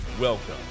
Welcome